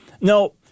No